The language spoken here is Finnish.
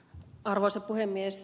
arvoisa puhemies